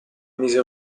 mise